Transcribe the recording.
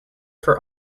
for